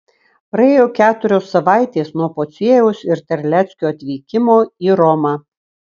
praėjo keturios savaitės nuo pociejaus ir terleckio atvykimo į romą